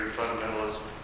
fundamentalist